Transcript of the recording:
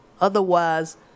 otherwise